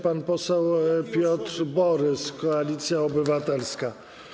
Pan poseł Piotr Borys, Koalicja Obywatelska.